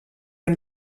ein